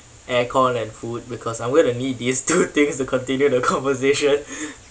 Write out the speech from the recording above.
air-con and food because I'm gonna need these two things to continue the conversation